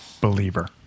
believer